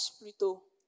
plutôt